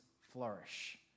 flourish